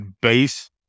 base